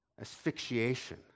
asphyxiation